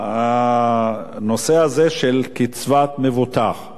הנושא הזה של קצבת מבוטח.